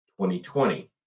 2020